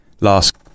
last